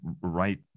right